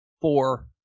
four